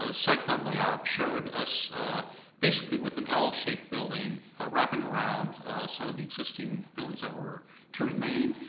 ah site plan layout showed us basically with an l-shaped building ah wrapping around some of the existing buildings that were to remain,